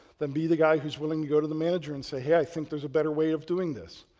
then be the guy who is willing to the go to the manager and say, hey, i think there is a better way of doing this.